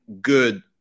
good